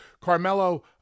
carmelo